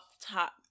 top